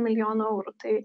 milijoną eurų tai